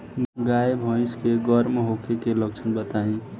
गाय भैंस के गर्म होखे के लक्षण बताई?